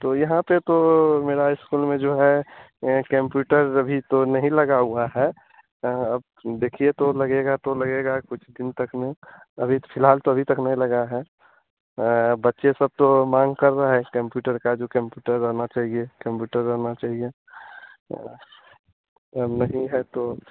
तो यहाँ पर तो मेरा स्कूल में जो है केंप्युटर अभी तो नहीं लगा हुआ है अब देखिए तो लगेगा तो लगेगा कुछ दिन तक में अभी तो फिलहाल तो अभी तक नहीं लगा है बच्चे सब तो माँग कर रहा है केंप्युटर का जो केंप्युटर रहना चाहिए केंप्युटर रहना चाहिए नहीं है तो